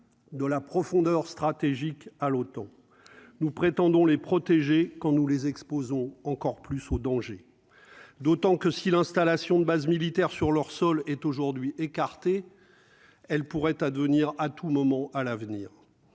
de la profondeur stratégique à l'OTAN nous prétendons les protéger quand nous les exposons encore plus au danger d'autant que si l'installation de bases militaires sur leur sol est, aujourd'hui, elle pourrait advenir à tout moment à l'avenir